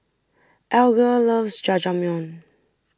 Alger loves Jajangmyeon